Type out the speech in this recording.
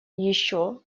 еще